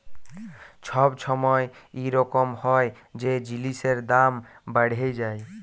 ছব ছময় ইরকম হ্যয় যে জিলিসের দাম বাড়্হে যায়